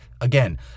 again